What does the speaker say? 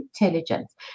intelligence